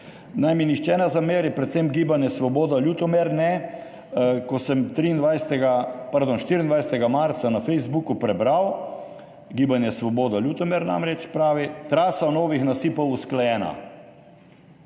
Naj mi nihče ne zameri, predvsem Gibanje Svoboda Ljutomer ne. Kot sem 24. marca na Facebooku prebral, Gibanje Svoboda Ljutomer namreč pravi: »Trasa novih nasipov usklajena.«